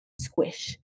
squish